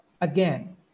Again